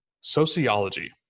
sociology